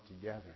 together